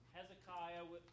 Hezekiah